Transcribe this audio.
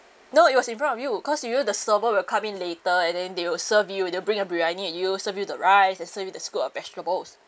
no it was in front of you cause you know the server will come in later and then they will serve you they'll bring the briyani at you serve you the rice then serve the scoop of vegetable